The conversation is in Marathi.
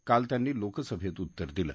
काल त्यांनी लोकसभेत उत्तर दिलं